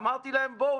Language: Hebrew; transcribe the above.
אמרתי להם: בואו,